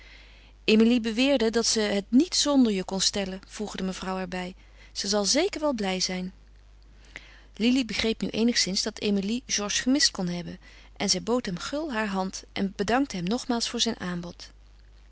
emilie beweerde dat ze het niet zonder je kon stellen voegde mevrouw er bij ze zal zeker wel blij zijn lili begreep nu eenigszins dat emilie georges gemist kon hebben en zij bood hem gul haar hand en bedankte hem nogmaals voor zijn aanbod